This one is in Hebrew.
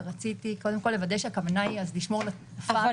ורציתי קודם כול לוודא שהכוונה היא לשמור לתקופה המרבית.